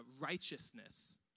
Righteousness